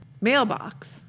mailbox